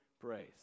praise